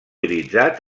utilitzat